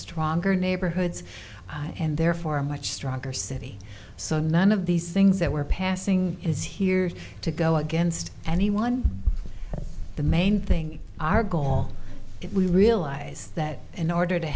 stronger neighborhoods and therefore a much stronger city so none of these things that we're passing is here to go against anyone the main thing our goal if we realize that in order to